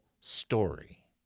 story